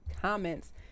comments